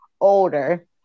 older